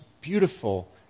beautiful